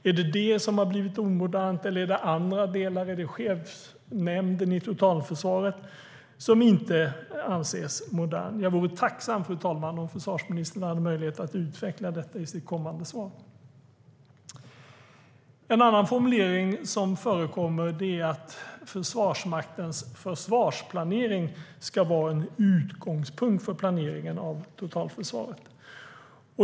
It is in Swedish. Är det detta som har blivit omodernt, eller är det andra delar? Är det chefsnämnden i totalförsvaret som inte anses modern? Jag vore tacksam, fru talman, om försvarsministern hade möjlighet att utveckla detta i sitt kommande svar. En annan formulering som förekommer är att Försvarsmaktens försvarsplanering ska vara en utgångspunkt för planeringen av totalförsvaret.